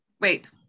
Wait